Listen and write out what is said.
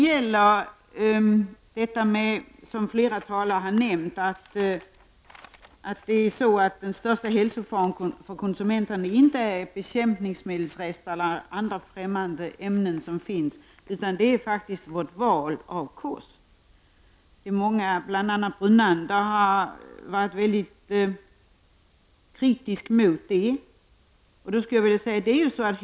Flera talare har nämnt att den största hälsofaran för konsumenterna inte är bekämpningsmedelsrester eller andra främmande ämnen utan faktiskt vårt val av kost. Bl.a. Lennart Brunander har varit mycket kritisk mot detta resonemang.